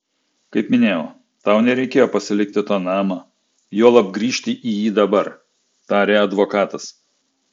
kaip minėjau tau nereikėjo pasilikti to namo juolab grįžti į jį dabar tarė advokatas